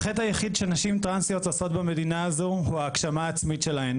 החטא היחיד שנשים טרנסיות עושות במדינה הזו הוא ההגשמה העצמית שלהן.